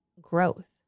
growth